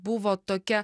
buvo tokia